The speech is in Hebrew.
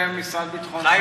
המשרד לביטחון פנים.